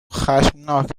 خشمناک